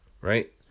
right